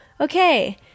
okay